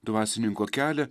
dvasininko kelią